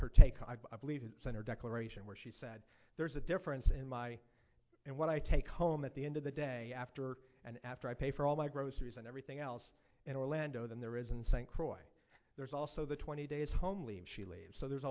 her take i believe center declaration where she said there's a difference in my and what i take home at the end of the day after and after i pay for all my groceries and everything else in orlando than there is in st croix there's also the twenty days home leave she leaves so there's a